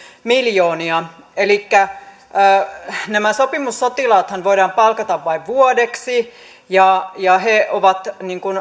miljoonia nämä sopimussotilaathan voidaan palkata vain vuodeksi ja ja he ovat